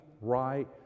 right